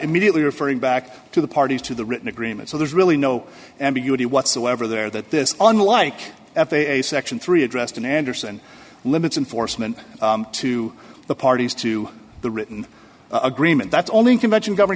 immediately referring back to the parties to the written agreement so there's really no ambiguity whatsoever there that this unlike a section three addressed in anderson limits and foresman to the parties to the written agreement that's only in convention govern